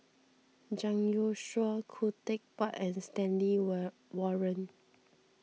Zhang Youshuo Khoo Teck Puat and Stanley war Warren